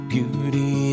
Beauty